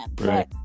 right